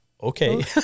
Okay